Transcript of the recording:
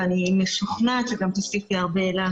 ואני משוכנעת שגם תוסיפי הרבה לנו,